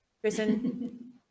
Kristen